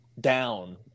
down